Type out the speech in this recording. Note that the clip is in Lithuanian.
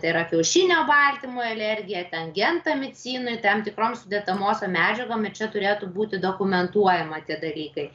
tai yra kiaušinio baltymui alergija ten gentamicinui tam tikrom sudedamosiom medžiagom čia turėtų būti dokumentuojama tie dalykai